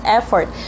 effort